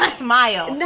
smile